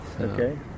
okay